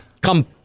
come